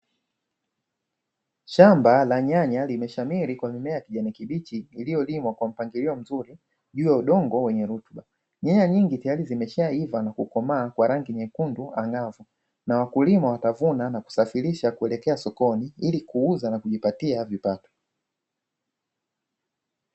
Shamba la nyanya limeshamiri kwa mimea ya kijani kibichi, iliyolimwa kwa mpangilio mzuri juu ya udongo wenye rutuba. Nyanya nyingi tayari zimeshaiva na kukomaa kwa rangi nyekundu angavu na wakulima watavuna na kusafirisha kuelekea sokoni ili kuuza na kujipatia kipato.